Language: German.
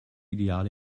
ideale